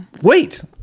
wait